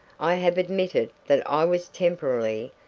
i have admitted that i was temporarily,